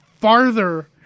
farther